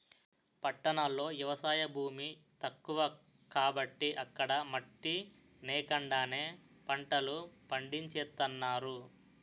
పట్టణాల్లో ఎవసాయ భూమి తక్కువ కాబట్టి అక్కడ మట్టి నేకండానే పంటలు పండించేత్తన్నారు